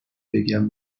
بگم